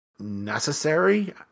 necessary